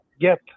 get